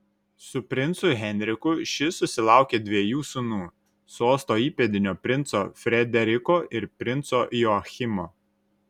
su princu henriku ši susilaukė dviejų sūnų sosto įpėdinio princo frederiko ir princo joachimo